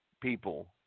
people